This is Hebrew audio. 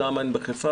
למה אין בחיפה.